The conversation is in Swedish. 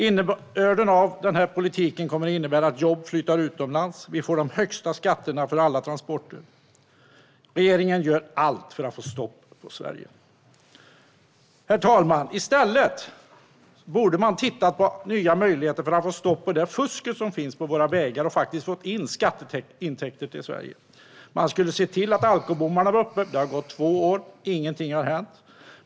Innebörden av denna politik blir att jobb flyttar utomlands och att vi får de högsta skatterna för alla transporter. Regeringen gör allt för att få stopp på Sverige. Herr talman! I stället borde man titta på nya möjligheter att stoppa fusket på våra vägar och få in skatteintäkter till Sverige. Man skulle se till att alkobommar kommer upp, men nu har det gått två år utan att något har hänt.